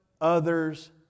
others